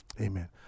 Amen